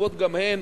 חשובות גם הן,